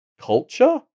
culture